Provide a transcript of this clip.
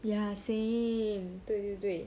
ya same 对对对